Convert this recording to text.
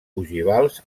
ogivals